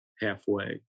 halfway